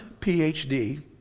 PhD